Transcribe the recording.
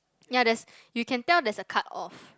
ya there's you can tell there's a cut off